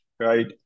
right